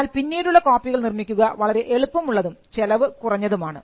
എന്നാൽ പിന്നീടുള്ള കോപ്പികൾ നിർമ്മിക്കുക വളരെ എളുപ്പമുള്ളതും ചെലവ് കുറഞ്ഞതുമാണ്